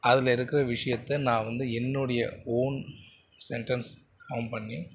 அதில் இருக்கிற விஷயத்த நான் வந்து என்னுடைய ஓன் சென்டென்ஸ் ஃபார்ம் பண்ணி